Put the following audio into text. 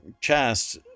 chest